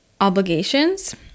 obligations